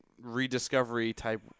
rediscovery-type